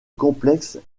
complexe